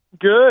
Good